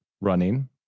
running